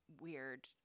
weird